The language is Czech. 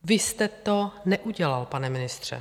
Vy jste to neudělal, pane ministře.